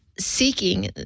seeking